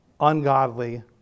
ungodly